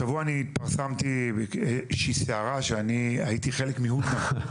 השבוע אני התפרסמתי באיזושהי סערה שאני הייתי חלק מהודנה.